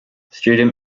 student